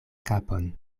kapon